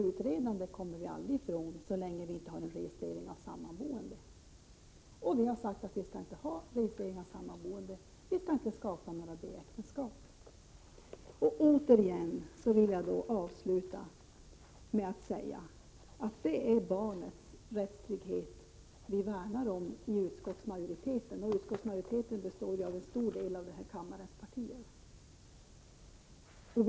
Utredande kommer vi aldrig ifrån så länge vi inte har registrering av sammanboende. Och vi har sagt att vi inte skall ha någon sådan registrering: vi skall inte ha några B-äktenskap. Jag vill avsluta med att åter säga att det är barnets rättstrygghet utskottsmajoriteten värnar om. Utskottsmajoriteten består av en stor del av partierna i denna kammare.